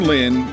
Lynn